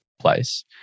place